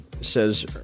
says